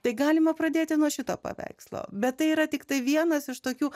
tai galima pradėti nuo šito paveikslo bet tai yra tiktai vienas iš tokių